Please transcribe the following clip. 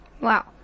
Wow